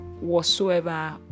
whatsoever